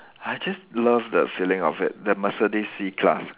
I just love the feeling of it the Mercedes C class